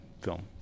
film